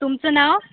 तुमचं नाव